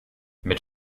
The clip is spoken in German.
mit